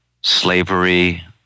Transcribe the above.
Slavery